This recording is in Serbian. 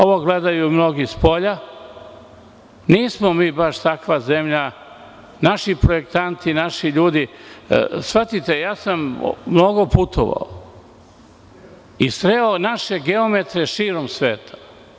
Ovo gledaju mnogi spolja, nismo mi baš takva zemlja, naši projektanti, naši ljudi, shvatite mnogo sam putovao i sreo naše geometre širom sveta.